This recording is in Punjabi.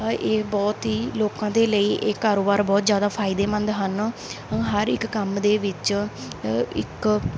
ਇਹ ਬਹੁਤ ਹੀ ਲੋਕਾਂ ਦੇ ਲਈ ਇਹ ਕਾਰੋਬਾਰ ਬਹੁਤ ਜ਼ਿਆਦਾ ਫਾਇਦੇਮੰਦ ਹਨ ਹਰ ਇੱਕ ਕੰਮ ਦੇ ਵਿੱਚ ਇੱਕ